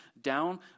down